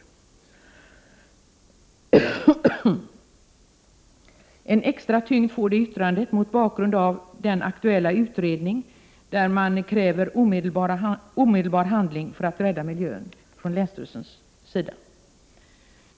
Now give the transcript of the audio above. En extra tyngd får yttrandet mot bakgrund av den aktuella utredning där man kräver omedelbar handling för att rädda miljön.